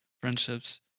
friendships